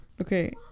Okay